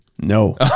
No